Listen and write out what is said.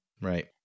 Right